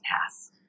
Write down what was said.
pass